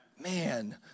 Man